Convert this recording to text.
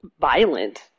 violent